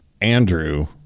Andrew